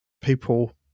people